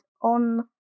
on